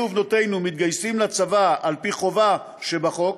ובנותינו מתגייסים לצבא על-פי חובה שבחוק,